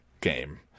game